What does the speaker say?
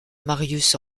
marius